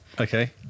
Okay